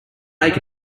make